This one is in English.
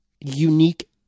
unique